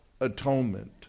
atonement